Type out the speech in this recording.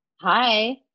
Hi